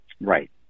Right